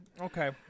Okay